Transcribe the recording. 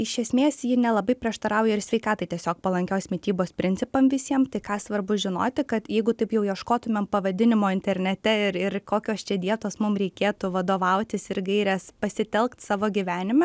iš esmės ji nelabai prieštarauja ir sveikatai tiesiog palankios mitybos principam visiem tai ką svarbu žinoti kad jeigu taip jau ieškotumėm pavadinimo internete ir ir kokios čia dietos mum reikėtų vadovautis ir gaires pasitelkt savo gyvenime